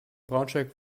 braunschweig